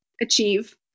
achieve